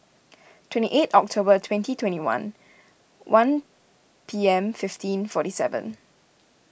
twenty eight October twenty twenty one one P M fifteen forty seven